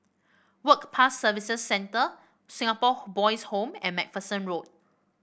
Work Pass Service Centre Singapore Boys' Home and MacPherson Road